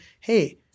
hey